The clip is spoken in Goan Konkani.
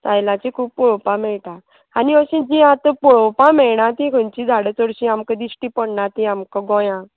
स्टायलाची खूब पळोवपा मेळटा आनी अशीं जीं आतां पळोवपा मेळना तीं खंयची झाडां चडशीं आमकां दिश्टी पडना तीं आमकां गोंयाक